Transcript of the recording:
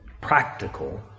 practical